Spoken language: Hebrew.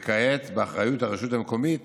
וכעת באחריות הרשות המקומית